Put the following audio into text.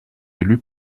élus